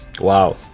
Wow